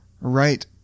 right